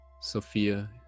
Sophia